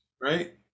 right